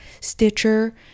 Stitcher